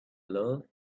love